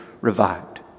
revived